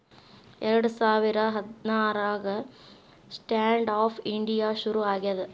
ಎರಡ ಸಾವಿರ ಹದ್ನಾರಾಗ ಸ್ಟ್ಯಾಂಡ್ ಆಪ್ ಇಂಡಿಯಾ ಶುರು ಆಗ್ಯಾದ